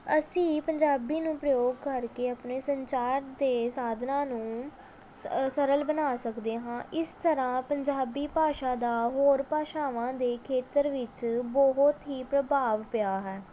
ਅਸੀਂ ਪੰਜਾਬੀ ਨੂੰ ਪ੍ਰਯੋਗ ਕਰਕੇ ਆਪਣੇ ਸੰਚਾਰ ਦੇ ਸਾਧਨਾਂ ਨੂੰ ਸ ਸਰਲ ਬਣਾ ਸਕਦੇ ਹਾਂ ਇਸ ਤਰ੍ਹਾਂ ਪੰਜਾਬੀ ਭਾਸ਼ਾ ਦਾ ਹੋਰ ਭਾਸ਼ਾਵਾਂ ਦੇ ਖੇਤਰ ਵਿੱਚ ਬਹੁਤ ਹੀ ਪ੍ਰਭਾਵ ਪਿਆ ਹੈ